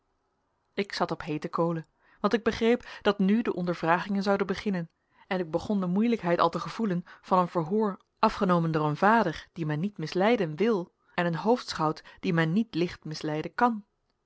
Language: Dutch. ik zat op heete kolen want ik begreep dat nu de ondervragingen zouden beginnen en ik begon de moeilijkheid al te gevoelen van een verhoor afgenomen door een vader dien men niet misleiden wil en een hoofdschout dien men niet licht misleiden kan